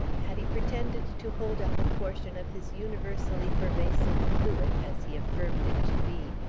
had he pretended to hold up a portion of his universally pervasive fluid, as he affirmed it to be,